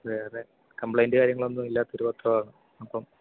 വേറെ കമ്പ്ലെയിൻറ്റ് കാര്യങ്ങളൊന്നും ഇല്ലാത്തൊരു പത്രമാണ് അപ്പം